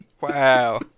Wow